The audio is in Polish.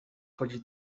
chodzić